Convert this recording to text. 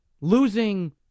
losing